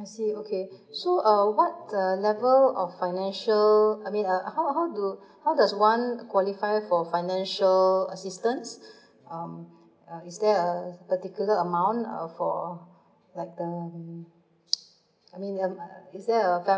I see okay so uh what the level of financial I mean uh how how do how does one qualify for financial assistance um uh is there a particular amount uh for like um I mean uh is there uh fa~